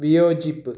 വിയോജിപ്പ്